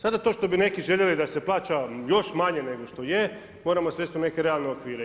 Sada to što bi neki željeli da se plaća još manje nego što je moramo svesti u neke realne okvire.